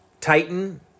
Titan